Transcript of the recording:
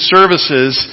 Services